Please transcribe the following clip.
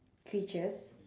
creatures